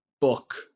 book